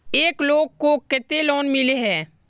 एक लोग को केते लोन मिले है?